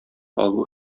алу